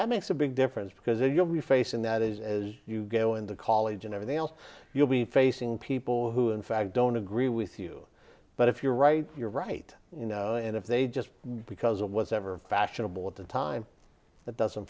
that makes a big difference because you'll be facing that is as you go into college and everything else you'll be facing people who in fact don't agree with you but if you're right you're right you know and if they just because it was ever fashionable at the time that doesn't